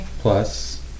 Plus